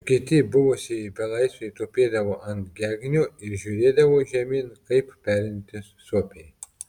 kiti buvusieji belaisviai tupėdavo ant gegnių ir žiūrėdavo žemyn kaip perintys suopiai